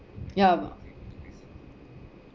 yeah